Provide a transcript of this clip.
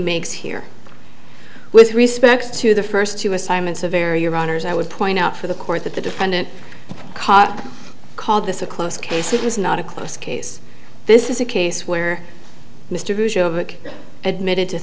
makes here with respect to the first two assignments a very your honors i would point out for the court that the defendant called this a close case it was not a close case this is a case where mister admitted to